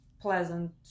pleasant